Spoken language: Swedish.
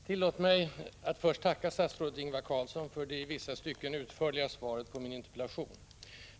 Herr talman! Tillåt mig att först tacka statsrådet Ingvar Carlsson för det i vissa stycken utförliga svaret på min interpellation.